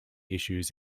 issues